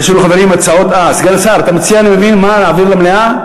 סגן השר, אתה מציע להעביר למליאה?